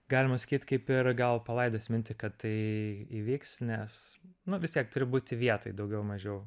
galima sakyt kaip ir gal palaidojęs mintį kad tai įvyks nes nu vis tiek turi būti vietoj daugiau mažiau